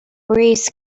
breeze